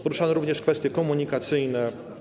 Poruszano również kwestie komunikacyjne.